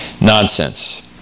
Nonsense